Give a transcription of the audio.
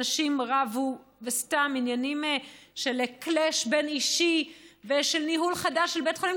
אנשים רבו וסתם עניינים של clash בין-אישי ושל ניהול חדש בבית חולים.